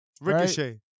Ricochet